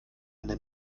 eine